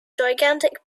gigantic